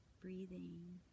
breathing